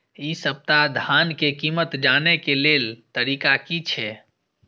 इ सप्ताह धान के कीमत जाने के लेल तरीका की छे?